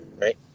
right